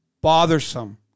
bothersome